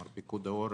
כלומר פיקוד העורף,